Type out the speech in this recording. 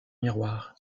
miroir